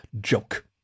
joke